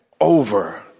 over